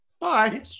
Bye